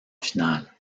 finale